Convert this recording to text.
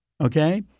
okay